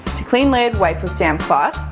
to clean lid wipe with damp cloth.